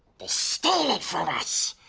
steal it from us.